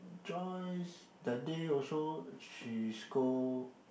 Joyce that day also she scold